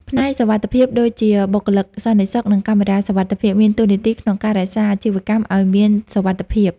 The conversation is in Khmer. ផ្នែកសុវត្ថិភាពដូចជាបុគ្គលិកសន្តិសុខ និងកាមេរ៉ាសុវត្ថិភាព មានតួនាទីក្នុងការរក្សាអាជីវកម្មឲ្យមានសុវត្ថិភាព។